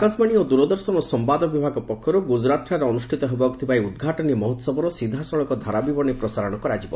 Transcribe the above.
ଆକାଶବାଣୀ ଓ ଦୂରଦର୍ଶନ ସମ୍ଭାଦ ବିଭାଗ ପକ୍ଷରୁ ଗୁଜରାତଠାରେ ଅନୁଷ୍ଠିତ ହେବାକୁ ଥିବା ଏହି ଉଦ୍ଘାଟନୀ ମହୋହବର ସିଧାସଳଖ ଧାରାବିବରଣୀ ପ୍ରସାର କରାଯିବ